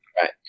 Right